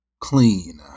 Clean